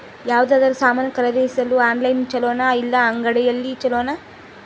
ಯಾವುದಾದರೂ ಸಾಮಾನು ಖರೇದಿಸಲು ಆನ್ಲೈನ್ ಛೊಲೊನಾ ಇಲ್ಲ ಅಂಗಡಿಯಲ್ಲಿ ಛೊಲೊನಾ?